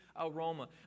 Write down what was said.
aroma